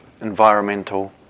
environmental